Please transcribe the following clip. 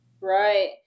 Right